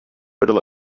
better